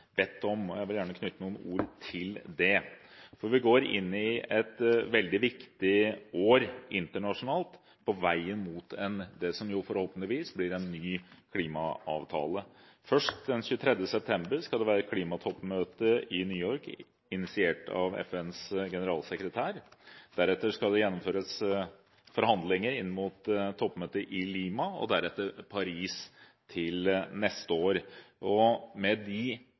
bedt om. Jeg vil gjerne knytte noen ord til dette. Vi går inn i et veldig viktig år internasjonalt på veien mot det som forhåpentligvis blir en ny klimaavtale. Først skal det være et klimatoppmøte den 28. september i New York, initiert av FNs generalsekretær. Deretter skal det gjennomføres forhandlinger inn mot toppmøtet i Lima og deretter i Paris til neste år. Med de